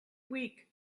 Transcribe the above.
week